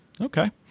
okay